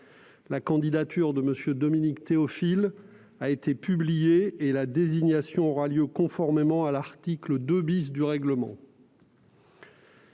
La candidature de M. Dominique Théophile a été publiée et la désignation aura lieu conformément à l'article 2 du règlement.